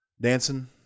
Dancing